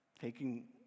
taking